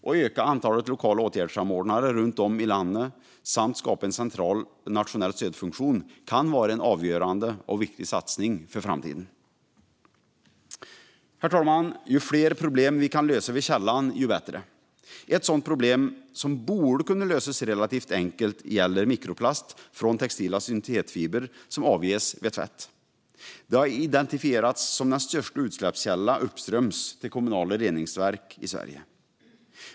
Att öka antalet lokala åtgärdssamordnare runt om i landet samt skapa en central nationell stödfunktion kan vara en avgörande och viktig satsning för framtiden. Herr talman! Ju fler problem vi kan lösa vid källan, desto bättre. Ett sådant problem som borde kunna lösas relativt enkelt gäller mikroplast från textila syntetfibrer som avges vid tvätt. Detta har identifierats som den största utsläppskällan uppströms till kommunala reningsverk i Sverige.